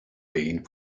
pain